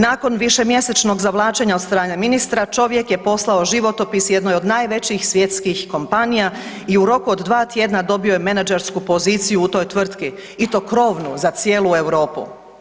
Nakon višemjesečnog zavlačenja od strane ministra, čovjek je postao životopis jednoj od najvećih svjetskih kompanija i u roku od 2 tj. dobio je menadžersku poziciju u toj tvrtki i to krovnu, za cijelu Europu.